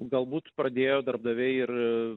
galbūt pradėjo darbdaviai ir